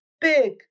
big